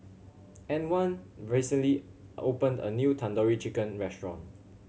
Antwan recently opened a new Tandoori Chicken Restaurant